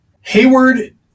Hayward